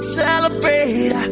celebrate